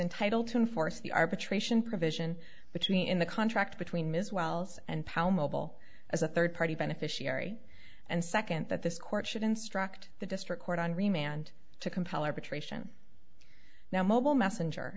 entitled to enforce the arbitration provision between the contract between ms wells and powell mobile as a third party beneficiary and second that this court should instruct the district court on remand to compel arbitration now mobile messenger